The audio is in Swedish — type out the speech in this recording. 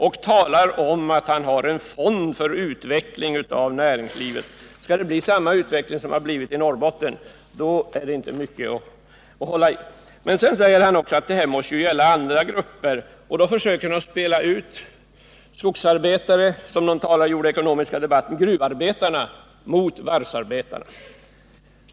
Och nu talar han om att man har en fond för utveckling av näringslivet. Skall det bli samma utveckling som i Norrbotten blir det inte mycket att hålla sig till. Han säger också att detta måste gälla andra grupper och försöker spela ut skogsarbetarna, som någon talare gjorde i den ekonomiska debatten, och gruvarbetarna mot varvsarbetarna.